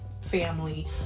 family